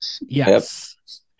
Yes